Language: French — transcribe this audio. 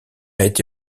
été